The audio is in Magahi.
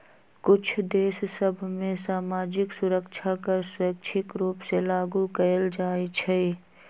कुछ देश सभ में सामाजिक सुरक्षा कर स्वैच्छिक रूप से लागू कएल जाइ छइ